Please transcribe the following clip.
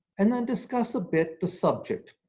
and then discuss a bit the subject.